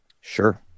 Sure